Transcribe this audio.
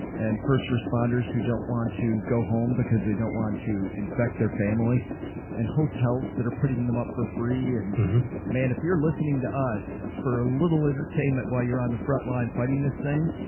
and first responders who don't want to go home because they don't want to infect their family and hotels that are putting them up for free. and man, if you're listening to us for a little entertainment while you're on the front line fighting this thing,